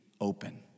open